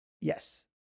Yes